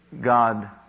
God